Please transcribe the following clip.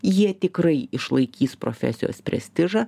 jie tikrai išlaikys profesijos prestižą